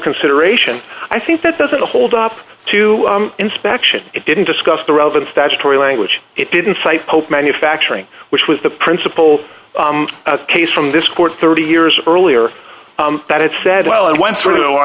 consideration i think that doesn't hold up to inspection it didn't discuss the relevant statutory language it didn't cite hope manufacturing which was the principal case from this court thirty years earlier that it said well i went through i